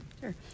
Sure